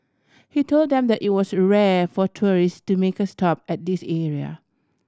he told them that it was rare for tourist to make a stop at this area